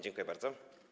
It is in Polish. Dziękuję bardzo.